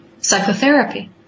psychotherapy